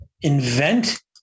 invent